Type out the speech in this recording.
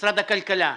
משרד הכלכלה.